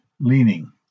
leaning